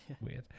weird